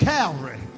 Calvary